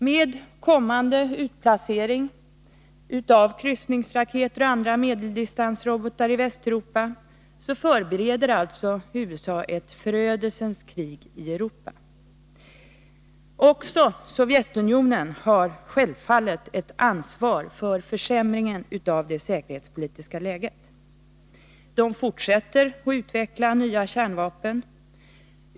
Med kommande utplacering av kryssningsraketer och andra medeldistansrobotar i Västeuropa förbereder USA ett förödelsens krig i Europa. Också Sovjetunionen har självfallet ett ansvar för försämringen av det säkerhetspolitiska läget. Sovjetunionen fortsätter att utveckla nya kärnvapen.